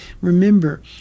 Remember